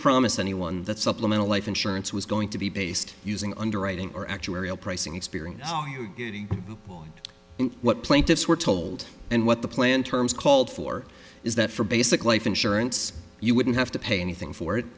promise anyone that supplemental life insurance was going to be based using underwriting or actuarial pricing experience what plaintiffs were told and what the plan terms called for is that for basic life insurance you wouldn't have to pay anything for it